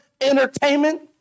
entertainment